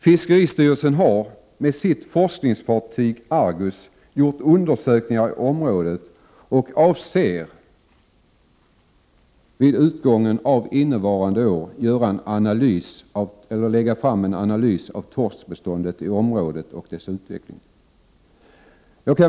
Fiskeristyrelsen har med sitt forskningsfartyg Argus gjort undersökningar i området och avser att vid 137 utgången av innevarande år presentera en analys av torskbeståndet i området och dess utveckling.